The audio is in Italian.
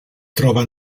trova